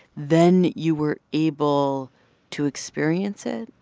then you were able to experience it?